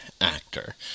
actor